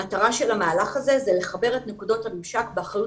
המטרה של המהלך הזה היא לחבר את נקודות הממשק באחריות